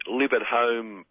live-at-home